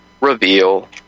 reveal